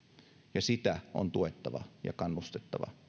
ja sitä on tuettava ja kannustettava